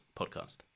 podcast